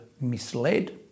misled